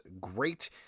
great